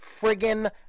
friggin